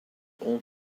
all